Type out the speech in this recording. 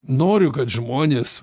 noriu kad žmonės